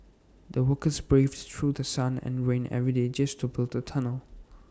the workers braved through sun and rain every day just to build the tunnel